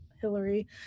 Hillary